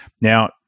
Now